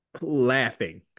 laughing